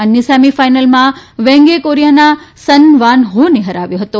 અન્ય સેમીફાઇનલમાં વેંગે કોરિયાના સન વાન હો ને હરાવ્યો છે